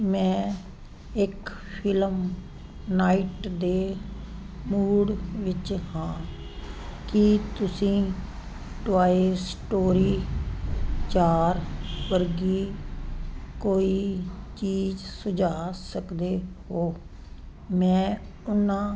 ਮੈਂ ਇੱਕ film night ਦੇ ਮੂਡ ਵਿੱਚ ਹਾਂ ਕੀ ਤੁਸੀਂ ਟੋਆਏ ਸਟੋਰੀ ਚਾਰ ਵਰਗੀ ਕੋਈ ਚੀਜ਼ ਸੁਝਾ ਸਕਦੇ ਹੋ ਮੈਂ ਉਹਨਾਂ